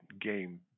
game